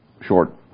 short